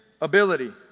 ability